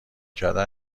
کردن